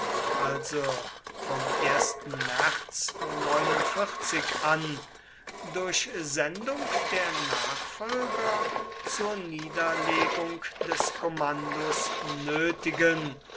also vom märz an durch sendung der nachfolger zur niederlegung des kommandos nötigen